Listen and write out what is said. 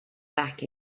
back